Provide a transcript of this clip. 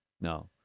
No